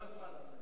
כמה זמן, אדוני?